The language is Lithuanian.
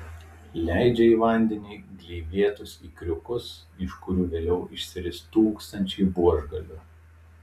leidžia į vandenį gleivėtus ikriukus iš kurių vėliau išsiris tūkstančiai buožgalvių